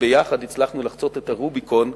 יחד הצלחנו לחצות את הרוביקון,